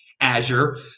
Azure